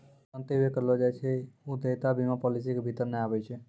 जे नुकसान जानते हुये करलो जाय छै उ देयता बीमा पालिसी के भीतर नै आबै छै